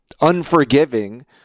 unforgiving